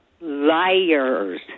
liars